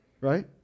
right